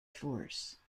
force